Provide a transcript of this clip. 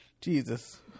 Jesus